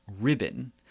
ribbon